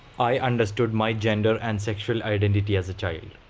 i understood my gender and sexual identity as a child